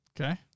Okay